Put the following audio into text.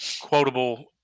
quotable